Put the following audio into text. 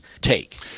take